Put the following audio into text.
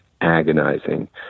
agonizing